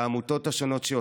לעמותות השונות,